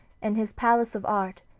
in his palace of art,